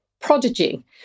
prodigy